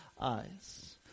eyes